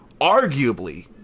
Arguably